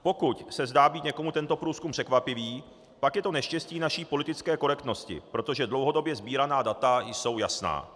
Pokud se zdá být někomu tento průzkum překvapivý, pak je to neštěstí naší politické korektnosti, protože dlouhodobě sbíraná data jsou jasná.